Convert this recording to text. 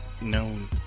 known